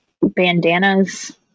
bandanas